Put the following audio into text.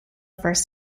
first